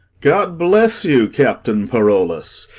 god bless you, captain parolles.